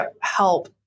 help